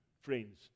friends